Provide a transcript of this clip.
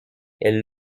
elle